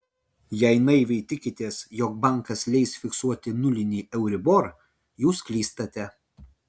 jei naiviai tikitės jog bankas leis fiksuoti nulinį euribor jūs klystate